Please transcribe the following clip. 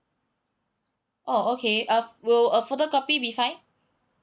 oh okay uh will a photocopy be fine